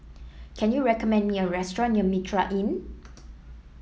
can you recommend me a restaurant near Mitraa Inn